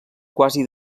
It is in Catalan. quasi